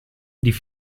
die